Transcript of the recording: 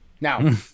Now